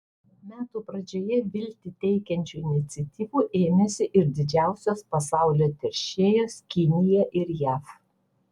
metų pradžioje viltį teikiančių iniciatyvų ėmėsi ir didžiausios pasaulio teršėjos kinija ir jav